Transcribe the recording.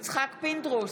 יצחק פינדרוס,